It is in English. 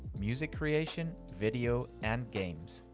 music creation, video and games.